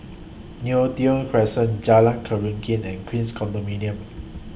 Neo Tiew Crescent Jalan Keruing and Queens Condominium